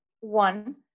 one